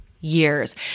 years